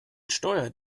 steuert